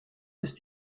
ist